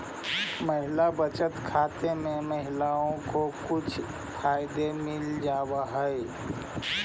महिला बचत खाते में महिलाओं को कुछ फायदे मिल जावा हई